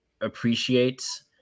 appreciates